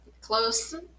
Close